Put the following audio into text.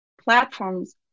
platforms